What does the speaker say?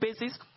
basis